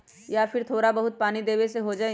या फिर थोड़ा बहुत पानी देबे से हो जाइ?